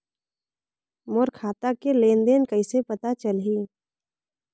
मोर खाता के लेन देन कइसे पता चलही?